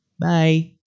Bye